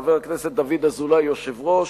חבר הכנסת דוד אזולאי כיושב-ראש,